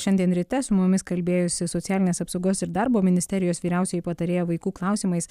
šiandien ryte su mumis kalbėjosi socialinės apsaugos ir darbo ministerijos vyriausioji patarėja vaikų klausimais